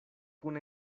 kun